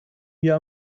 mir